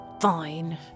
Fine